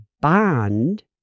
bond